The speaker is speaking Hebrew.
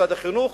משרד החינוך,